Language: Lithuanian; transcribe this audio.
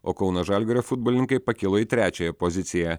o kauno žalgirio futbolininkai pakilo į trečiąją poziciją